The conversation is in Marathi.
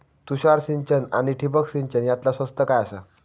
तुषार सिंचन आनी ठिबक सिंचन यातला स्वस्त काय आसा?